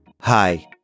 Hi